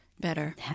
Better